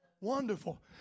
Wonderful